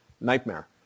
nightmare